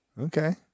Okay